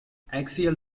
axial